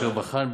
אשר בחן,